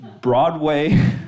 Broadway